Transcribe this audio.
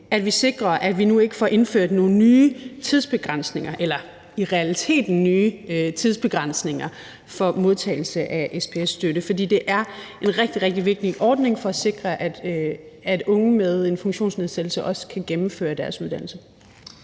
så vi sikrer, at vi nu ikke får indført nogle nye tidsbegrænsninger eller i realiteten nye tidsbegrænsninger for modtagelse af SPS-støtte, for det er en rigtig, rigtig vigtig ordning for at sikre, at unge med en funktionsnedsættelse også kan gennemføre deres uddannelse.